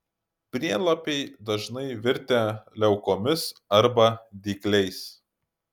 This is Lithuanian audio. prielapiai dažnai virtę liaukomis arba dygliais